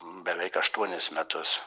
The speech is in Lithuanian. beveik aštuonis metus